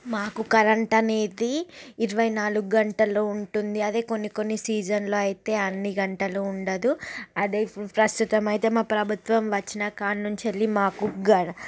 మాకు కరెంట్ అనేది ఇరవైనాలుగంటలు ఉంటుంది అదే కొన్ని కొన్ని సీజన్లో అయితే అన్ని గంటలు ఉండదు అదే ప్రస్తుతమైతే మా ప్రభుత్వం వచ్చిన కాడ్నుంచెళ్లి మాకు